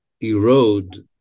erode